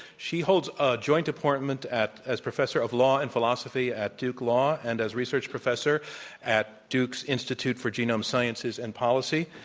she holds a joint appointment at as professor of law and philosophy at duke law and as a research professor at duke's institute for genome sciences and policy.